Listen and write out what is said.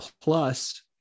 plus